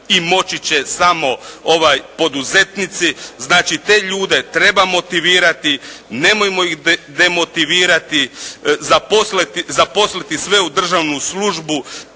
i moći će samo poduzetnici. Znači te ljude treba motivirati, nemojmo ih demotivirati, zaposliti sve u državnu službu